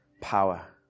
power